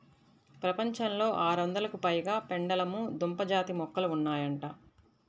ప్రపంచంలో ఆరొందలకు పైగా పెండలము దుంప జాతి మొక్కలు ఉన్నాయంట